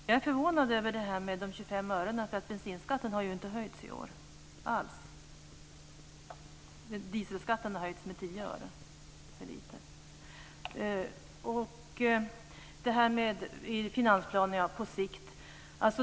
Herr talman! Jag är förvånad över talet om 25 öre, för bensinskatten har inte höjts alls i år. Dieselskatten har höjts med 10 öre per liter. Det här med finansplanen.